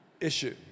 issue